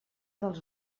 dels